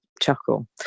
chuckle